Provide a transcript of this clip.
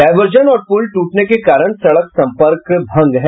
diversion और पुल टूटने के कारण सड़क सम्पर्क भंग है